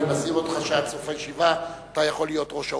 אני מזהיר אותך שעד סוף הישיבה אתה יכול להיות ראש האופוזיציה.